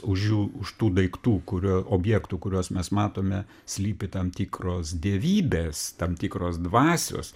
už jų už tų daiktų kurio objektų kuriuos mes matome slypi tam tikros dievybės tam tikros dvasios